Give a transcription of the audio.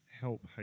Help